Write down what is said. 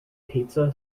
pizza